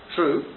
True